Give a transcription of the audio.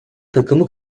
takımı